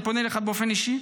אני פונה אליך באופן אישי,